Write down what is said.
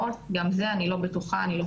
פשוט בוא נפריד כוחות וזהו.